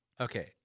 Okay